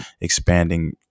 expanding